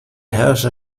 herrscher